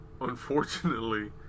unfortunately